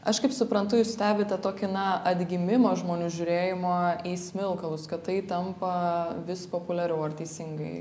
aš kaip suprantu jūs stebite tokį na atgimimą žmonių žiūrėjimo į smilkalus kad tai tampa vis populiariau ar teisingai